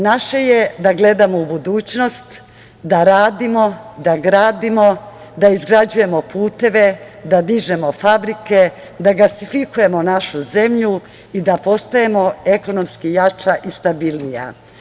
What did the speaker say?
Naše je da gledamo u budućnost, da radimo, da gradimo, da izgrađujemo puteve, da dižemo fabrike, da gasifikujemo našu zemlju i da postajemo ekonomski jača i stabilnija.